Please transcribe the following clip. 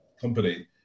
company